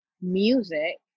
music